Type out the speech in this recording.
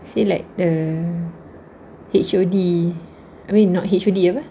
see like the H_O_D I mean not H_O_D apa